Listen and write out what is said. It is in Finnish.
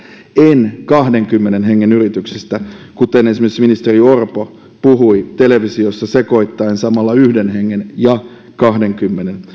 en kahdenkymmenen hengen yrityksistä kuten esimerkiksi ministeri orpo puhui televisiossa sekoittaen samalla yhden hengen ja kahdenkymmenen